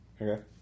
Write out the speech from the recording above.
Okay